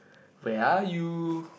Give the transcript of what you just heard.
where are you